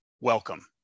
Welcome